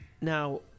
Now